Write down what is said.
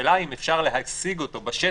השאלה היא אם אפשר להשיג אותו בשטח.